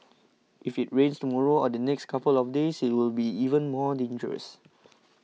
if it rains tomorrow or the next couple of days it will be even more dangerous